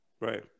right